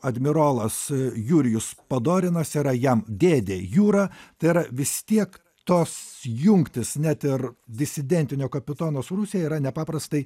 admirolas jurijus padorinas yra jam dėdė jura tai yra vis tiek tos jungtys net ir disidentinio kapitono su rusija yra nepaprastai